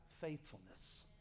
faithfulness